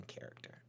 character